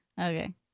Okay